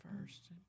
first